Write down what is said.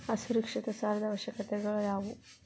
ಅಸುರಕ್ಷಿತ ಸಾಲದ ಅವಶ್ಯಕತೆಗಳ ಯಾವು